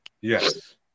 Yes